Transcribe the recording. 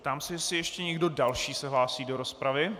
Ptám se, jestli ještě někdo další se hlásí do rozpravy.